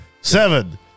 Seven